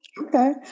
Okay